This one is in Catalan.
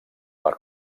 per